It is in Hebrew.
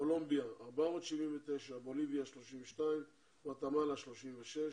קולומביה 479, בוליביה 32, גוואטמלה 36,